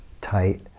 tight